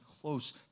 close